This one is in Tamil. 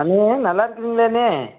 அண்ணே நல்லா இருக்கீங்களாண்ணே